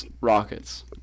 Rockets